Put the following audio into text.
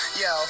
yo